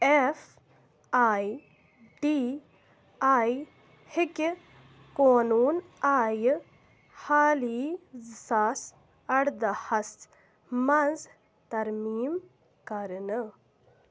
F I T I ہیٚکہِ قونوٗن آیہِ حالی زٕ ساس اَرداہَس منٛز تَرمیٖم كرنہٕ